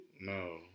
No